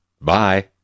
Bye